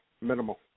Minimal